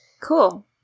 Cool